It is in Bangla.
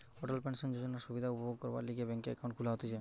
অটল পেনশন যোজনার সুবিধা উপভোগ করবার লিগে ব্যাংকে একাউন্ট খুলা হতিছে